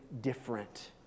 different